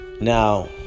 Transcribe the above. Now